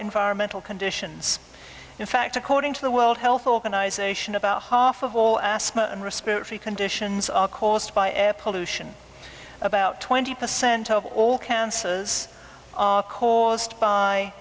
environmental conditions in fact according to the world health organization about half of all ask conditions are caused by air pollution about twenty percent of all cancers are caused by